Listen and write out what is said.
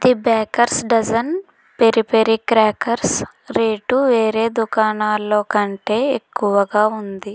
the baker's dozen peri peri crackers rate వేరే దుకాణాల్లో కంటే ఎక్కువగా ఉంది